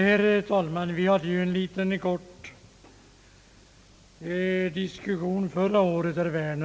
Herr talman! Herr Werner och jag förde en kort diskussion i denna fråga förra året.